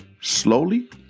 slowly